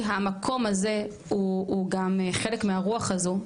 המקום הזה הוא גם חלק מהרוח הזו,